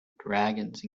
dragons